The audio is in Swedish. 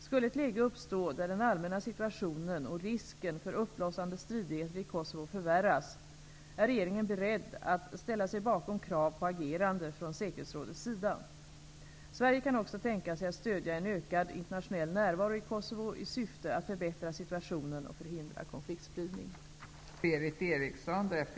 Skulle ett läge uppstå där den allmänna situationen och risken för uppblossande stridigheter i Kosovo förvärras, är regeringen beredd att ställa sig bakom krav på agerande från säkerhetsrådets sida. Sverige kan också tänka sig att stödja en ökad internationell närvaro i Kosovo i syfte att förbättra situationen och förhindra konfliktspridning.